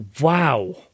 Wow